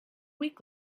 week